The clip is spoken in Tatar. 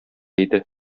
иде